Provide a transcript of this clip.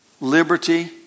liberty